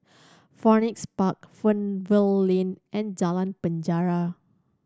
Phoenix Park Fernvale Lane and Jalan Penjara